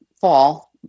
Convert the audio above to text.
fall